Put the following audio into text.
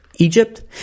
Egypt